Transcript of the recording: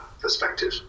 perspective